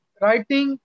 writing